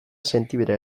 sentibera